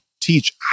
teach